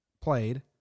played